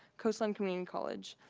coastline community college.